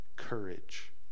Courage